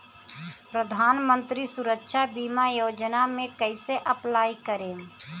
प्रधानमंत्री सुरक्षा बीमा योजना मे कैसे अप्लाई करेम?